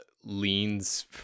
leans